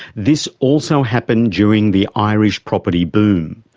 this also happened during the irish property boom.